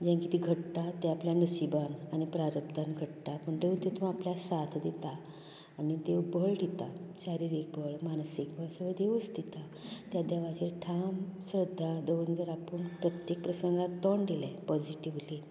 जे कितें घडटा ते आपल्या नशिबान आनी प्रारब्धान घडटा पूण देव तेंतून साथ दिता आनी देव बळ दिता शारिरीक बळ मानसीक बळ सगळें देवच दिता त्या देवाचेर ठाम श्रध्दा दवरून जर आपूण प्रत्येक प्रसंगाक तोंड दिलें पोजिटिव्हली